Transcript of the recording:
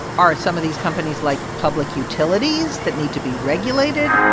are some of these companies like public utilities that need to be regulated?